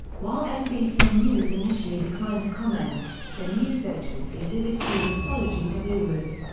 while nbc news initially declined to comment, the news agency did issue an apology to viewers.